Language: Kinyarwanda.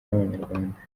n’abanyarwanda